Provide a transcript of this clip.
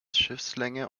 schiffslänge